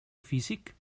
físic